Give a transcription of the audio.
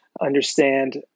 understand